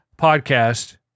Podcast